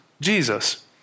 Jesus